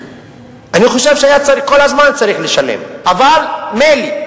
אני חושב שהיה כל הזמן צריך לשלם, אבל מילא.